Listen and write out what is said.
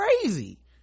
crazy